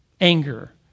Anger